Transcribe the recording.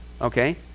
okay